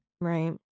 right